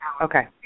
okay